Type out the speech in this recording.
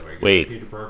Wait